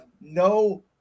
no